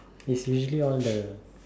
it's usually all the